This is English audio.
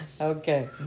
okay